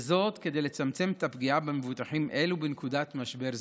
וזאת כדי לצמצם את הפגיעה במבוטחים אלה בנקודת משבר זו.